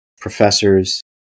professors